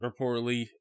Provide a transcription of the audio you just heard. reportedly